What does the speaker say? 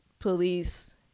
police